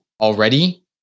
Already